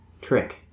Trick